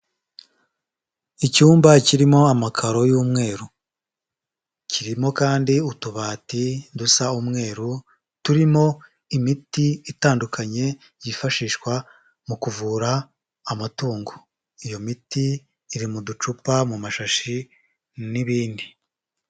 Icyumba kirimo amakaro y'umweru, kirimo kandi utubati dusa umweru, turimo imiti itandukanye yifashishwa mu kuvura amatungo. Iyo miti iri mu ducupa mu mashashi n'ibindi.